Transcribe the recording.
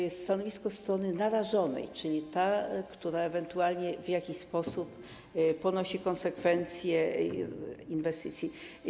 Chodzi o stanowisko strony narażonej, czyli tej, która ewentualnie w jakiś sposób ponosi konsekwencje inwestycji.